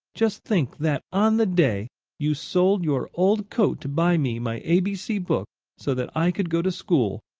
just think that on the day you sold your old coat to buy me my a b c book so that i could go to school,